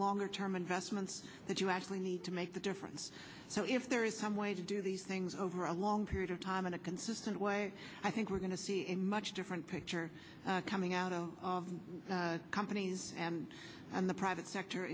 longer term investments that you actually need to make the difference so if there is some way to do these things over a long period of time in a consistent way i think we're going to see a much different picture coming out of companies and in the private sector